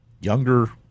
younger